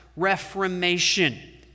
Reformation